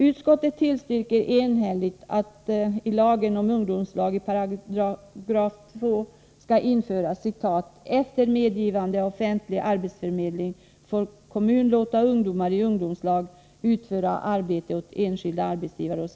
Utskottet tillstyrker enhälligt att i 2 § lagen om ungdomslag skall införas texten ”Efter medgivande av offentliga arbetsförmedlingen får kommunen låta ungdomar i ungdomslag utföra arbetsuppgifter åt enskilda arbetsgivare” etc.